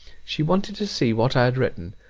she wanted to see what i had written.